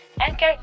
Anchor